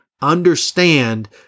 understand